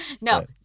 No